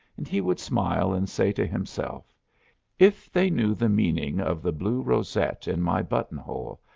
and he would smile and say to himself if they knew the meaning of the blue rosette in my button-hole,